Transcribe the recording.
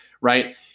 right